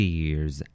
years